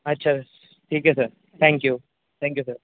अच्छा ठीक आहे sir thank you thank you sir